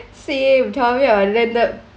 same tell me about it